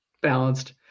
balanced